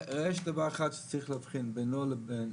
יש דבר אחד שצריך להבחין בינו לבין,